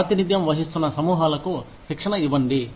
ప్రాతినిధ్యం వహిస్తున్నసమూహాలకు శిక్షణ ఇవ్వండి